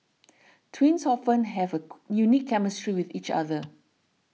twins often have a unique chemistry with each other